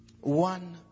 one